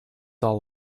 all